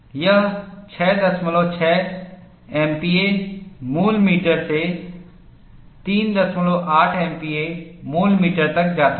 यह 66 MPa मूल metre से 38 MPa मूल मीटर तक जाती है